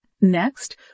Next